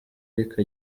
ariko